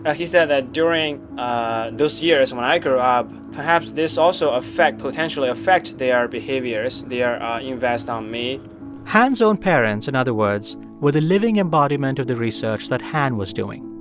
ah he said that during those years and when i grew up, perhaps this also affect potentially affect their behaviors, their invest on me han's own parents, in and other words, were the living embodiment of the research that han was doing.